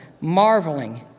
marveling